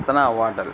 Ratna hotel